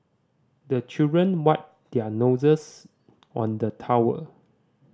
the children wipe their noses on the towel